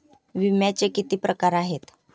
विम्याचे किती प्रकार आहेत?